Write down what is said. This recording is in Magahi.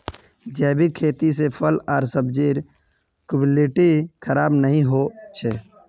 जैविक खेती से फल आर सब्जिर क्वालिटी खराब नहीं हो छे